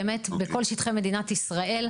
באמת בכל שטחי מדינת ישראל,